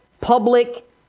public